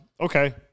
Okay